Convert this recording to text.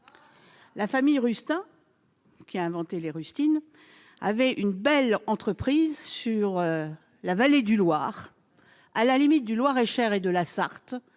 la famille Rustin : c'est elle qui a inventé les rustines. Elle avait une belle entreprise sur la Vallée du Loir, à la limite du Loir-et-Cher et de la Sarthe,